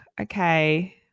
okay